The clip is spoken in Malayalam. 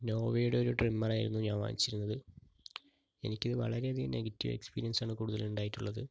നോവയുടെ ഒരു ട്രിമ്മറായിരുന്നു ഞാൻ വാങ്ങിച്ചിരുന്നത് എനിക്കിത് വളരെയധികം നെഗറ്റീവ് എക്സ്പീരിയൻസാണ് കൂടുതൽ ഉണ്ടായിട്ടുള്ളത്